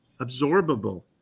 absorbable